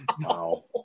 Wow